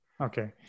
Okay